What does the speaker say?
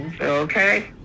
Okay